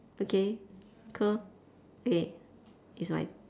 okay cool okay it's my